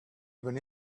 even